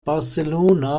barcelona